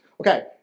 Okay